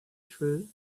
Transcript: through